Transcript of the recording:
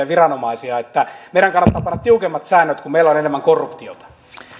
viranomaisia eli meidän kannattaa panna tiukemmat säännöt kun meillä on enemmän korruptiota